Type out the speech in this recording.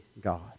God